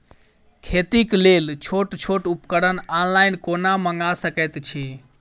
खेतीक लेल छोट छोट उपकरण ऑनलाइन कोना मंगा सकैत छी?